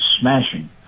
smashing